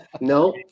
No